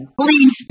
Please